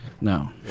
No